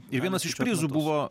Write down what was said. ir vienas iš prizų buvo